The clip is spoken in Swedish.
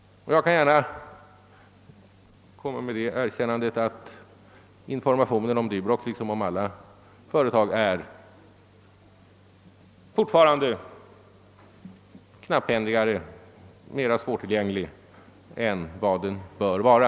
Ja, jag kan erkänna att informationen där liksom rörande alla andra företag fortfarande är mera knapphändig och svårtillgänglig än den bör vara.